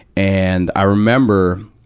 and, i remember,